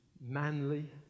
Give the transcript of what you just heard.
manly